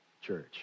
church